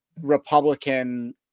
Republican